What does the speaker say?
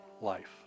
life